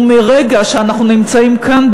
ומרגע שאנחנו נמצאים כאן,